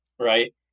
right